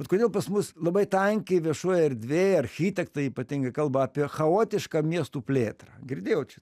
bet kodėl pas mus labai tankiai viešoj erdvėj architektai ypatingai kalba apie chaotišką miestų plėtrą girdėjau čia